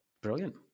Brilliant